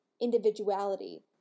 individuality